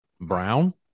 Brown